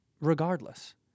regardless